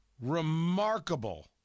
remarkable